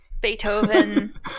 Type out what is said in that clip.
Beethoven